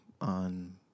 on